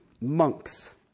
Monks